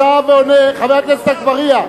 משנתו חבר הכנסת אגבאריה.